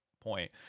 point